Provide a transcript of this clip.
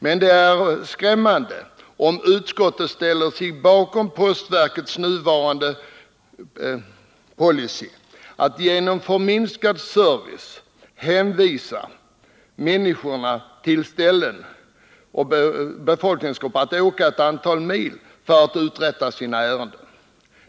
Men det är skrämmande om utskottet ställer sig bakom postverkets nuvarande policy att genom förminskad service hänvisa de här befolkningsgrupperna till alternativet att behöva åka ett antal mil för att uträtta sina postärenden.